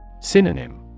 Synonym